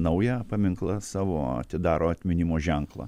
naują paminklą savo atidaro atminimo ženklą